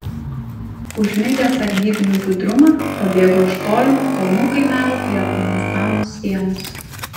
užmigdęs sargybinių budrumą pabėgo iš tolimo kalnų kaimelio prie afganistano sienos